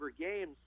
games